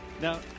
Now